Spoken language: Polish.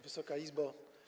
Wysoka Izbo!